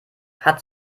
hat